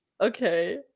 Okay